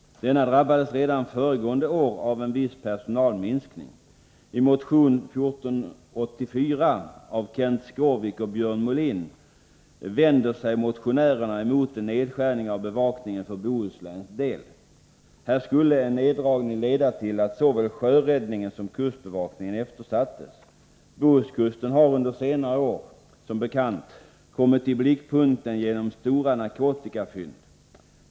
Denna drabbades redan föregående år av en viss personalminskning. I motion 1983/84:1484 av Kenth Skårvik och Björn Molin vänder man sig emot en nedskärning av bevakningen för Bohusläns del. Här skulle en neddragning leda till att såväl sjöräddningen som kustbevakningen eftersattes. Bohuskusten har under senare år som bekant kommit i blickpunkten genom stora narkotikafynd.